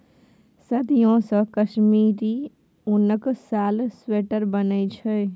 सदियों सँ कश्मीरी उनक साल, स्वेटर बनै छै